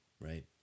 right